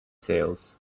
sales